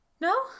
no